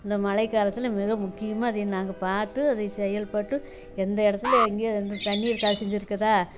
இந்த மழை காலத்தில் மிக முக்கியமாக அதை நாங்கள் பார்த்து அதை செயல்பட்டு எந்த இடத்துல எங்கேயோ எந்த தண்ணி கசிந்து இருக்குதா